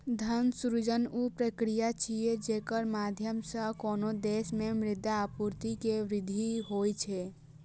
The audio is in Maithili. धन सृजन ऊ प्रक्रिया छियै, जेकरा माध्यम सं कोनो देश मे मुद्रा आपूर्ति मे वृद्धि होइ छै